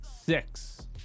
six